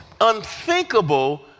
unthinkable